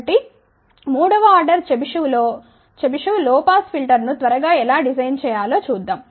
కాబట్టి మూడవ order Chebyshev low pass filter ను త్వరగా ఎలా డిజైన్ చేయాలో చూద్దాం